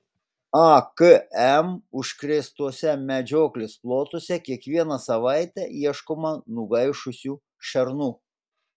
akm užkrėstuose medžioklės plotuose kiekvieną savaitę ieškoma nugaišusių šernų